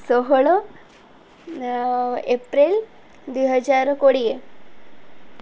ଷୋହଳ ଏପ୍ରିଲ ଦୁଇହଜାର କୋଡ଼ିଏ